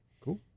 Cool